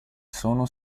sono